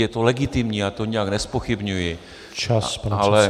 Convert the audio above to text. Je to legitimní, já to nijak nezpochybňuji , ale...